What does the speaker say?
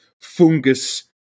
Fungus